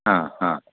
हां हां